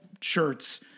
shirts